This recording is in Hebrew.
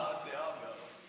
(אומר בערבית: